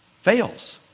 fails